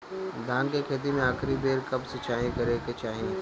धान के खेती मे आखिरी बेर कब सिचाई करे के चाही?